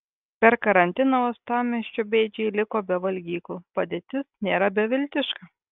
per karantiną uostamiesčio bėdžiai liko be valgyklų padėtis nėra beviltiška